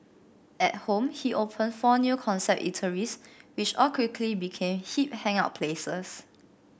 at home he opened four new concept eateries which all quickly became hip hangout places